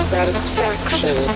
Satisfaction